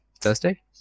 thursday